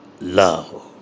love